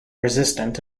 resistant